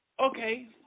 Okay